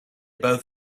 both